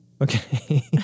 Okay